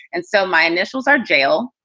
and so my initials are jail.